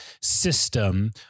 system